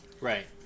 Right